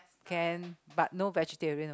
can but no vegetarian